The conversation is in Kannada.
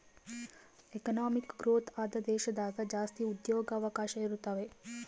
ಎಕನಾಮಿಕ್ ಗ್ರೋಥ್ ಆದ ದೇಶದಾಗ ಜಾಸ್ತಿ ಉದ್ಯೋಗವಕಾಶ ಇರುತಾವೆ